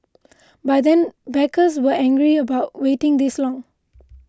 by then backers were angry about waiting this long